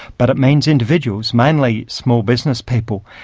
but it means individuals, mainly small business people,